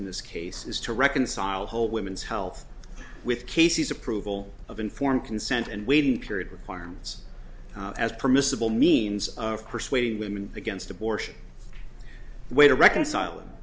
in this case is to reconcile whole women's health with cases approval of informed consent and waiting period requirements as permissible means of persuading women against abortion way to reconcile